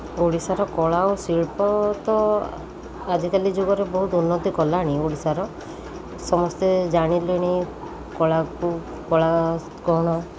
ଓଡ଼ିଶାର କଳା ଓ ଶିଳ୍ପ ତ ଆଜିକାଲି ଯୁଗରେ ବହୁତ ଉନ୍ନତି କଲାଣି ଓଡ଼ିଶାର ସମସ୍ତେ ଜାଣିଲେଣି କଳାକୁ କଳା କ'ଣ